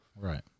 Right